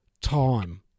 time